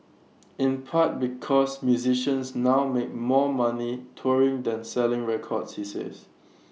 in part because musicians now make more money touring than selling records he says